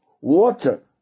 water